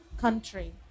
country